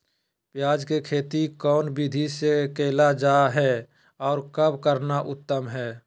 प्याज के खेती कौन विधि से कैल जा है, और कब करना उत्तम है?